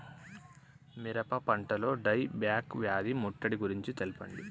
మిరప పంటలో die back వ్యాధి ముట్టడి గురించి తెల్పండి?